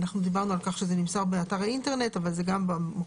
דיברנו על כך שזה נמצא באתר האינטרנט אבל זה גם במוקד